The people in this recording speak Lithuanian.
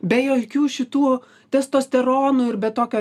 be jokių šitų testosteronų ir bet tokio